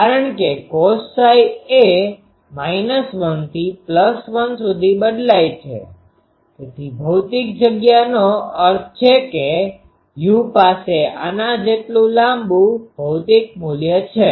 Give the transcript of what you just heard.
કારણ કે cosΨ એ 1થી 1 સુધી બદલાય છે તેથી ભૌતિક જગ્યાનો અર્થ છે કે u પાસે આના જેટલુ લાંબુ ભૌતિક મૂલ્ય છે